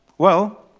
well,